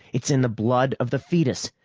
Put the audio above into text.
it's in the blood of the foetus.